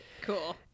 Cool